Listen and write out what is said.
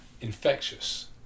infectious